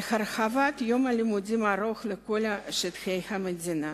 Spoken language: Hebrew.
וכן על הרחבת יום לימודים ארוך על כלל שטחי המדינה.